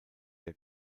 der